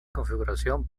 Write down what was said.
configuración